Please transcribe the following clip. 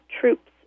troops